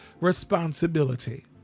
responsibility